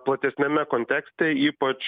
platesniame kontekste ypač